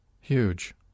Huge